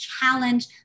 Challenge